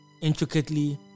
intricately